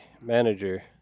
manager